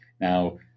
Now